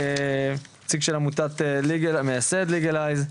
מייסד עמותת ליגלייז,